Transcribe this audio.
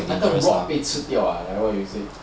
I thought rod 会吃掉 like what you say